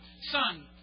son